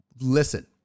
Listen